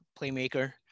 playmaker